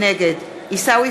נגד עיסאווי